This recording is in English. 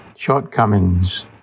Shortcomings